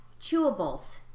Chewables